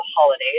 holidays